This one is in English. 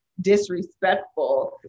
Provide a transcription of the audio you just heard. disrespectful